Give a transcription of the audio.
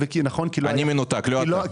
אני מנותק, לא אתה...